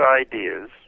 ideas